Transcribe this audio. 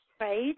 Right